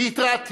והתרעתי